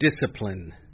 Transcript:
discipline